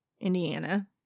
Indiana